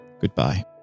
goodbye